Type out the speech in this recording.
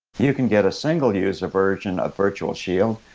you can get a single user version of virtual shield,